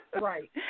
Right